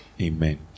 Amen